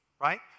right